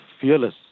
fearless